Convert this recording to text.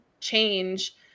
change